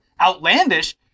outlandish